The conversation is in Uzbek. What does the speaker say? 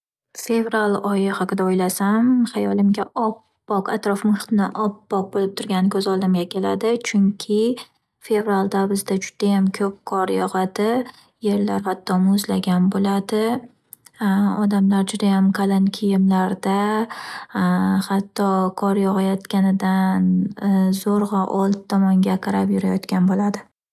Fevral oyi haqida o’ylasam hayolimga oppoq atrof muhitni oppoq bo’lib turgani ko’z oldimga keladi. Chunki fevralda bizda judayam ko’p qor yog’adi. Yerlar hatto muzlagan bo’ladi. Odamlar judayam qalin kiyimlarda hatto qor yog’ayotganidan zorg’a oldir tomonga qarab yurayotgan bo’ladi.